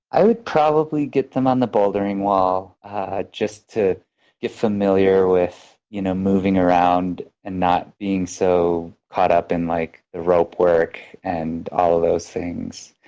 i would probably get them on the bouldering wall just to get familiar with you know moving around and not being so caught up in like the rope work and all of those things.